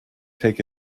take